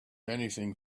anything